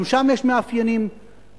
גם שם יש מאפיינים מסוימים.